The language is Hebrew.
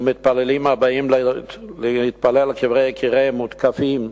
ומתפללים הבאים להתפלל על קברי יקיריהם מותקפים.